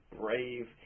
brave